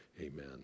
Amen